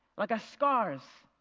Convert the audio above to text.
like our scars,